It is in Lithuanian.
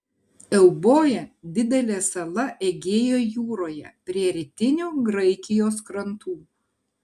euboja didelė sala egėjo jūroje prie rytinių graikijos krantų